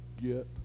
get